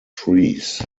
trees